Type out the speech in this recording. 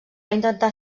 intentar